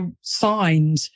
signed